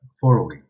following